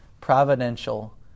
providential